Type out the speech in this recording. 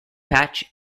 patch